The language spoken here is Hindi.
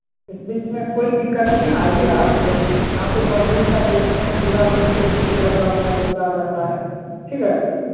इस बीच मे कोई दिक्कत नहीं आइए आप लाइ यहाँ पर पब्लिक का देखते हैं पूरा दिन तो भीड़ लगा हुआ पूरा रहता है ठीक है